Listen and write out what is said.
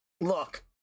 Look